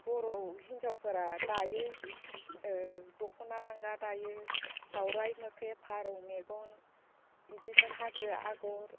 बर' हिन्जावफोरा दायो दखना लांगा दायो दावराइ मोख्रेब फारौ मेगन बिदिनो हाजो आगर